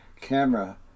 camera